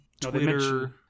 Twitter